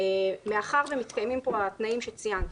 מאחר שמתקיימים פה התנאים שציינתי,